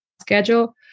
schedule